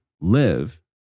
live